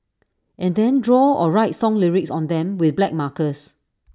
and then draw or write song lyrics on them with black markers